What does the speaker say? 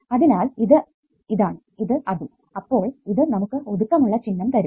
അതിനാൽ ഇത് ഇതാണ് ഇത് അതും അപ്പോൾ ഇത് നമുക്ക് ഒതുക്കമുളള ചിഹ്നം തരും